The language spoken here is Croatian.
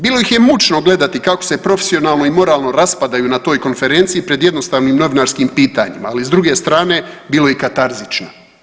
Bilo ih je mučno gledati kako se profesionalno i moralno raspadaju na toj konferenciji pred jednostavnim novinarskim pitanjima, ali s druge strane, bilo je i katarzično.